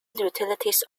utilities